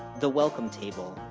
the welcome table,